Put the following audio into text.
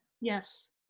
Yes